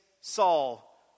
Saul